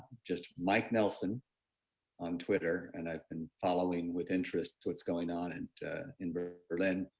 just mike nelson on twitter. and i've been following with interest what's going on and in berlin.